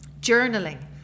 journaling